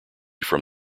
from